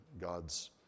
God's